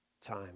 time